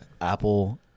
Apple